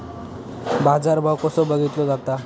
बाजार भाव कसो बघीतलो जाता?